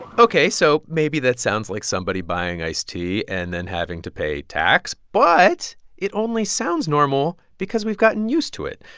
ok. so maybe that sounds like somebody buying iced tea and then having to pay tax. but it only sounds normal because we've gotten used to it.